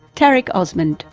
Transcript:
tarek osman,